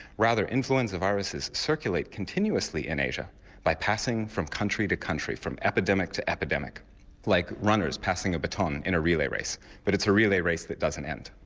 rather influenza viruses circulate continuously in asia by passing from country to country, from epidemic to epidemic like runners passing a baton in a relay race. but it's a relay race that doesn't end.